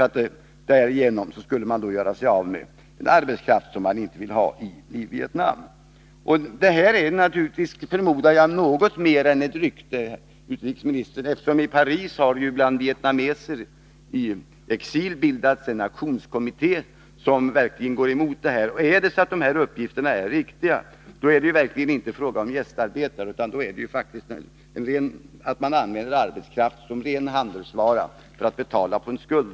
Därigenom skulle man göra sig av med den arbetskraft som man inte vill ha i Vietnam. Det här är, förmodar jag, något mer än ett rykte, herr utrikesminister, eftersom vietnameser i exil i Paris har bildat en aktionskommitté som verkligen går emot detta. Är det så att de här uppgifterna är riktiga, är det verkligen inte fråga om gästarbetare, utan det är så att man använder arbetskraft som ren handelsvara för att betala av en skuld.